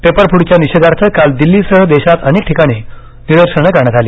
पेपरफुटीच्या निषेधार्थ काल दिल्लीसह देशात अनेक ठिकाणी निदर्शनं करण्यात आली